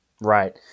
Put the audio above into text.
Right